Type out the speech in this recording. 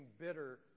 bitter